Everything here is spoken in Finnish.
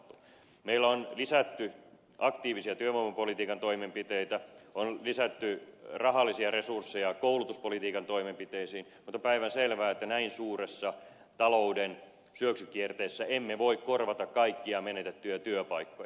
meillä on lisätty aktiivisia työvoimapolitiikan toimenpiteitä on lisätty rahallisia resursseja koulutuspolitiikan toimenpiteisiin mutta on päivänselvää että näin suuressa talouden syöksykierteessä emme voi korvata kaikkia menetettyjä työpaikkoja